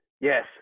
Yes